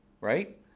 right